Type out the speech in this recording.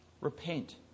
Repent